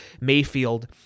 Mayfield